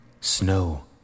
Snow